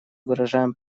выражаем